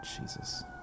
Jesus